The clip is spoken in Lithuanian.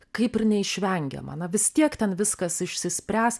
kaip ir neišvengiama na vis tiek ten viskas išsispręs